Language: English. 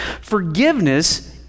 Forgiveness